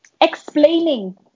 Explaining